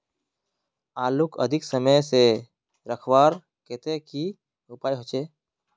आलूक अधिक समय से रखवार केते की उपाय होचे?